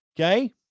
okay